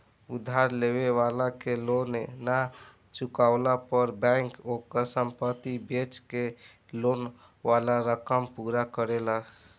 उधार लेवे वाला के लोन ना चुकवला पर बैंक ओकर संपत्ति बेच के लोन वाला रकम पूरा करेला